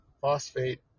Phosphate